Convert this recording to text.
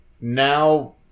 Now